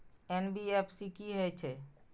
NBFC की हे छे?